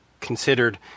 considered